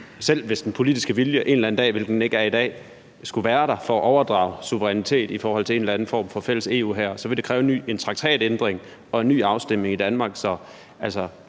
selv hvis den politiske vilje en eller anden dag – hvad den ikke er i dag – skulle være der for at overdrage suverænitet i forhold til en eller anden form for fælles EU-hær, så stadig vil kræve en traktatændring og en ny afstemning i Danmark,